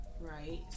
right